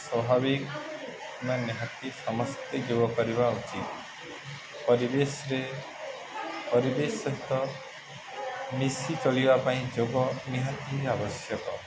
ସ୍ଵଭାବିକ ନିହାତି ସମସ୍ତେ ଯୋଗ କରିବା ଉଚିତ୍ ପରିବେଶରେ ପରିବେଶ ସହିତ ମିଶି ଚଳିବା ପାଇଁ ଯୋଗ ନିହାତିିଁ ଆବଶ୍ୟକ